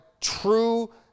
true